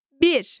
Bir